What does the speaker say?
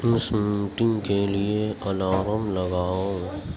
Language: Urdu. اس میٹنگ کے لیے الارم لگاؤ